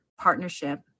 partnership